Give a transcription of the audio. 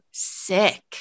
Sick